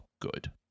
good